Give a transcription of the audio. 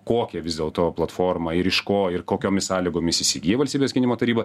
kokią vis dėl to platformą ir iš ko ir kokiomis sąlygomis įsigyja valstybės gynimo taryba